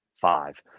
five